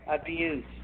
abuse